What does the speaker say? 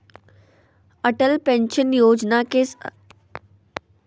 Atal pension योजना के असंगठित क्षेत्र के कर्मचारी के पेंशन देय करने ले चालू होल्हइ